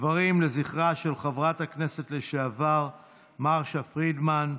דברים לזכרה של חברת הכנסת לשעבר מרשה פרידמן.